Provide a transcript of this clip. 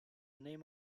name